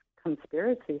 Conspiracy